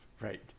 Right